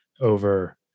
over